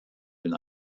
den